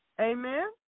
Amen